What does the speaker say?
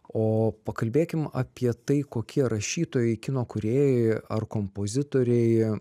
o pakalbėkim apie tai kokie rašytojai kino kūrėjai ar kompozitoriai